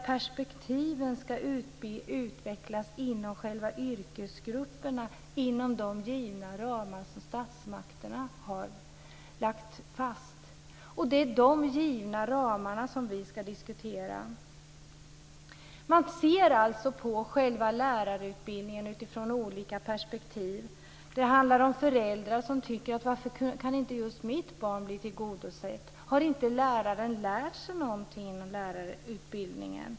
Perspektiven ska utvecklas i yrkesgrupperna inom de givna ramar som statsmakterna har lagt fast. Det är de givna ramarna vi i dag ska diskutera. Man ser på lärarutbildningen utifrån olika perspektiv. Det handlar om föräldrar som tycker: Varför kan inte just mitt barns behov bli tillgodosedda? Har inte läraren lärt sig någonting inom lärarutbildningen?